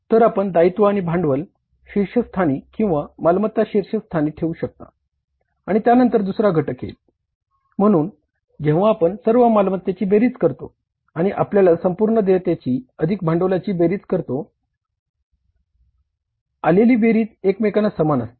तर आपण दायित्व आणि भांडवल शीर्षस्थानी किंवा मालमत्ता शीर्षस्थानी ठेवू शकता आणि त्यानंतर दुसरा घटक येईल म्हणून जेव्हा आपण सर्व मालमत्तेची बेरीज करतो आणि आपल्या संपूर्ण देयतेची अधिक भांडवलाची बेरीज करतो आलेली बेरीज एकमेकांना समान असते